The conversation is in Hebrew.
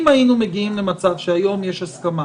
אם היינו מגיעים למצב שהיום יש הסכמה